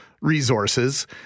resources